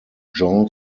jean